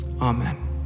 amen